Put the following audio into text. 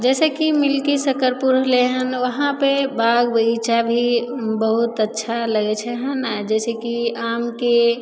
जैसे कि मिलकी सकरपुर होलय हन उहाँपर बाग बगीचा भी बहुत अच्छा लगय छै हइ ने जैसे कि आमके